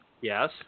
Yes